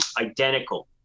identical